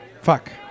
Fuck